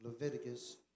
Leviticus